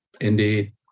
Indeed